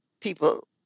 people